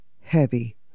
heavy